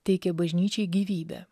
teikia bažnyčiai gyvybę